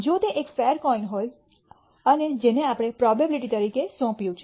જો તે એક ફેર કોઈન હોય અને જેને આપણે પ્રોબેબીલીટી તરીકે સોંપ્યું છે